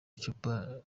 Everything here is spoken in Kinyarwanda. icupa